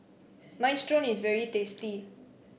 minestrone is very tasty